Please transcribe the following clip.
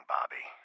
Bobby